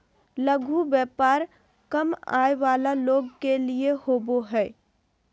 लघु व्यापार कम आय वला लोग के लिए होबो हइ